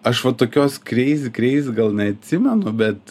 aš va tokios kreizi kreizi gal neatsimenu bet